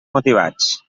motivats